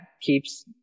keeps